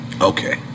Okay